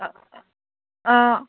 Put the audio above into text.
অ অঁ